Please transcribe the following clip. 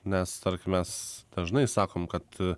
nes tarkim mes dažnai sakom kad